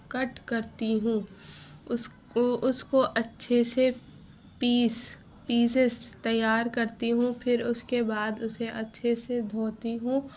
کٹ کرتی ہوں اس کو اس کو اچھے سے پیس پیسز تیار کرتی ہوں پھر اس کے بعد اسے اچھے سے دھوتی ہوں